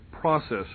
process